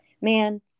man